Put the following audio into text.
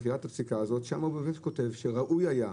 את מכירה את הפסיקה הזאת שם הוא כותב את המשפט שראוי היה: